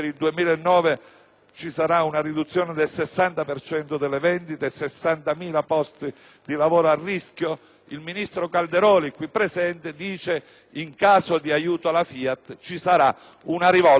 ci sarà una riduzione del 60 per cento delle vendite e 60.000 posti di lavoro a rischio? Il ministro Calderoli, qui presente, dice: in caso di aiuto alla FIAT ci sarà una rivolta di popolo!